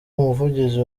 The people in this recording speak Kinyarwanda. umuvugizi